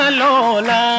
lola